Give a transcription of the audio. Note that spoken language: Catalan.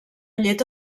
llet